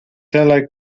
della